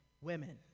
women